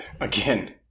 again